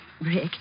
Rick